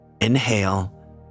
inhale